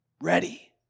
Ready